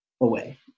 away